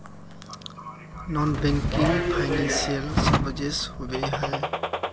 Non banking financial services होबे है?